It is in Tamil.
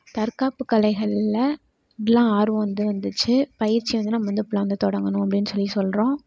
தற்காப்பு கலைகளில் நல்லா ஆர்வம் வந்து வந்துச்சு பயிற்சி வந்து நம்ம வந்து இப்புடில்லாம் வந்து தொடங்கணும் அப்படின்னு சொல்லி சொல்கிறோம்